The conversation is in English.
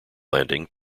landing